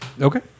okay